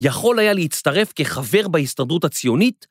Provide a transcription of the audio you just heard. ‫יכול היה להצטרף כחבר ‫בהסתדרות הציונית